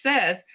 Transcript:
says